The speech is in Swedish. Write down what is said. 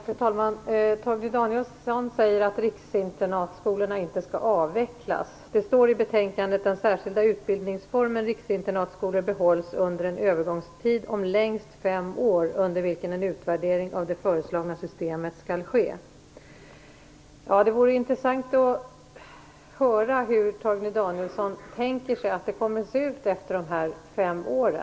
Fru talman! Torgny Danielsson säger att riksinternatskolorna inte skall avvecklas. Det står i betänkandet att den särskilda utbildningsformen riksinternatskola behålls under en övergångstid om längst fem år under vilken en utvärdering av det föreslagna systemet skall ske. Det vore intressant att höra hur Torgny Danielsson tänker sig att det kommer att se ut efter dessa fem år.